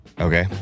Okay